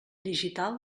digital